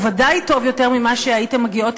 או ודאי טוב יותר מזה שהייתן מגיעות